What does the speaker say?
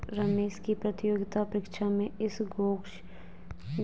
रमेश की प्रतियोगिता परीक्षा में इस ग्रॉस सेटलमेंट के बारे में कई प्रश्न पूछे गए थे